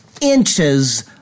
inches